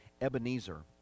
Ebenezer